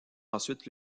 ensuite